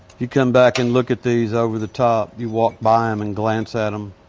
you come back and look at these over the top. you walk by em and glance at em,